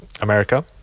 America